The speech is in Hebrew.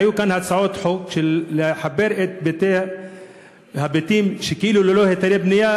היו כאן הצעות חוק לחבר את הבתים שכאילו ללא היתרי בנייה,